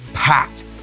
packed